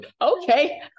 okay